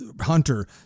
hunter